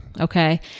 Okay